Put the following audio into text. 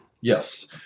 Yes